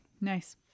Nice